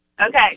Okay